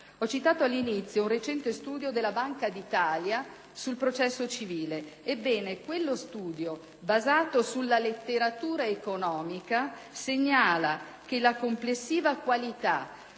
Ho citato all'inizio un recente studio della Banca d'Italia sul processo civile: ebbene, quello studio, basato sulla letteratura economica, segnala che la complessiva qualità